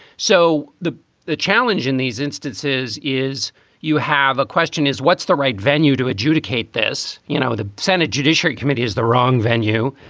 so the the challenge in these instances is you have a question is what's the right venue to adjudicate this? you know, the senate judiciary committee is the wrong venue.